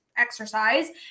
exercise